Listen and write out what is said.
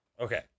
okay